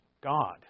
God